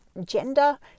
gender